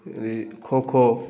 ꯑꯗꯩ ꯈꯣꯈꯣ